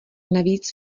navíc